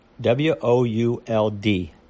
W-O-U-L-D